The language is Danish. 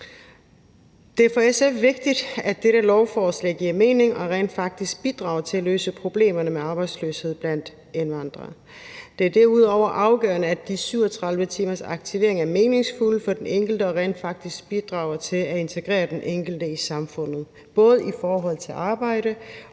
Det er for SF vigtigt, at dette lovforslag giver mening og rent faktisk bidrager til at løse problemerne med arbejdsløshed blandt indvandrere. Det er derudover afgørende, at de 37 timers aktivering er meningsfulde for den enkelte og rent faktisk bidrager til at integrere den enkelte i samfundet, både i forhold til arbejde